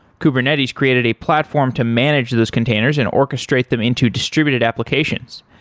kubernetes created a platform to manage those containers and orchestrate them into distributed applications.